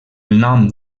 nom